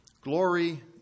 Glory